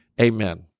Amen